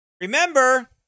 remember